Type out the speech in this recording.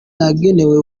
yagenewe